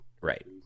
right